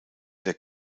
der